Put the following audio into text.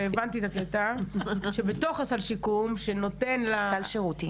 והבנתי את הקטע שבתוך סל השיקום --- סל שירותים.